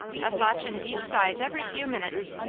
a-fotchin' deep sighs every few minutes.